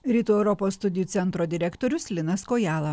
rytų europos studijų centro direktorius linas kojala